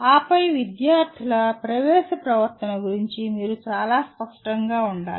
ఆపై విద్యార్థుల ప్రవేశ ప్రవర్తన గురించి మీరు చాలా స్పష్టంగా ఉండాలి